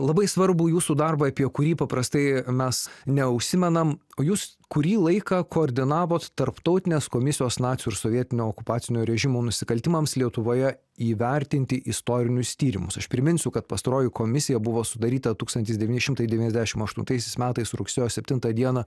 labai svarbų jūsų darbą apie kurį paprastai mes neužsimenam jūs kurį laiką koordinavot tarptautinės komisijos nacių ir sovietinio okupacinio režimų nusikaltimams lietuvoje įvertinti istorinius tyrimus aš priminsiu kad pastaroji komisija buvo sudaryta tūkstantis devyni šimtai devyniasdešim aštuntaisiais metais rugsėjo septintą dieną